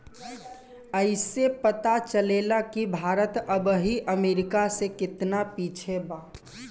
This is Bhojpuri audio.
ऐइसे पता चलेला कि भारत अबही अमेरीका से केतना पिछे बा